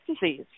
disease